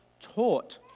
taught